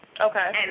okay